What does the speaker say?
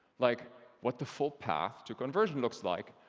like what the full path to conversion looks like,